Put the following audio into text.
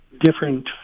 different